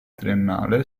triennale